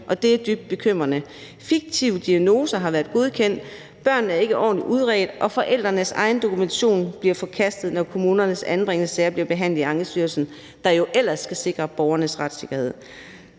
det er dybt bekymrende. Fiktive diagnoser har været godkendt; børnene er ikke ordentlig udredt; og forældrenes egen dokumentation bliver forkastet, når kommunernes anbringelsessager bliver behandlet i Ankestyrelsen, der jo ellers skal sikre borgernes retssikkerhed.